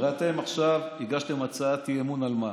הרי אתם עכשיו הגשתם הצעת אי-אמון על מה?